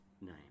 name